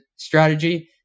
strategy